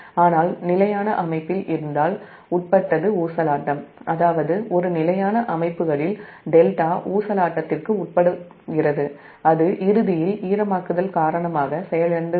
ஆனால் நிலையான அமைப்பில் இருந்தால் ஊசலாட்டம் உட்பட்டது அதாவது ஒரு நிலையான அமைப்புகளில் δ ஊசலாட்டத்திற்கு உட்படுகிறது அது இறுதியில் ஈரமாக்குதல் காரணமாக செயலிழந்துவிடும்